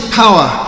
power